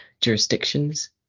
jurisdictions